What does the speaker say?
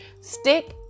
stick